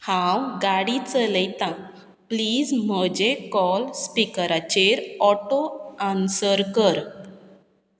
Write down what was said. हांव गाडी चलयतां प्लीज म्हजें कॉल स्पिकराचेर ऑटो आन्सर कर